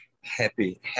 happy